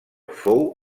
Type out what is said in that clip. fou